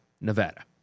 Nevada